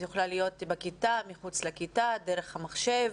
זה יכול להיות בכיתה, מחוץ לכיתה, דרך המחשב.